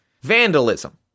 Vandalism